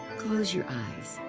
close your eyes.